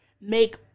make